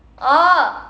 oh